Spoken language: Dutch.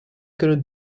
kunnen